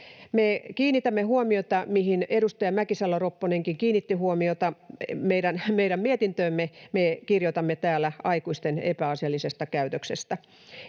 kiinnitämme huomiota siihen, mihin edustaja Mäkisalo-Ropponenkin kiinnitti huomiota: me kirjoitamme täällä mietinnössämme aikuisten epäasiallisesta käytöksestä.